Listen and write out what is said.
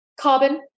carbon